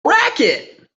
racket